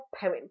poem